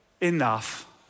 enough